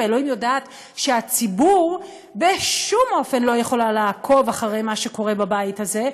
ואלוהים יודעת שהציבור בשום אופן לא יכול לעקוב אחרי מה שקורה בבית הזה,